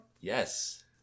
Yes